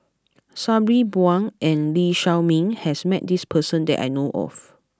Sabri Buang and Lee Shao Meng has met this person that I know of